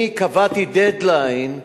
אני קבעתי "דד-ליין",